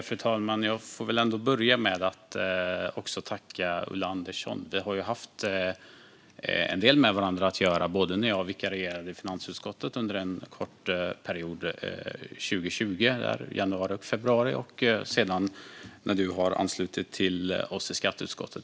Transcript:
Fru talman! Jag får väl ändå börja med att också tacka Ulla Andersson. Vi har ju haft en del med varandra att göra, både när jag vikarierade i finansutskottet under en kort period januari-februari 2020 och sedan när du anslutit dig till oss i skatteutskottet.